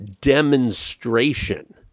demonstration